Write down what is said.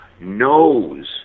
knows